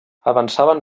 avançaven